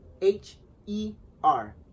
H-E-R